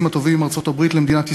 הטובים עם ארצות-הברית למדינת ישראל,